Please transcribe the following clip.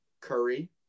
Curry